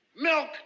milk